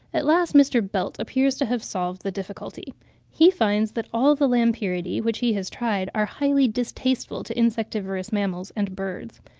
at last, mr. belt appears to have solved the difficulty he finds that all the lampyridae which he has tried are highly distasteful to insectivorous mammals and birds.